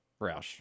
Roush